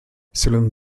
sylwem